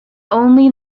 only